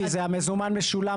כי המזומן משולם,